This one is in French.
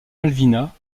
malvina